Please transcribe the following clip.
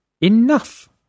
Enough